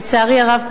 לצערי הרב,